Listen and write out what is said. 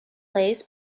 plays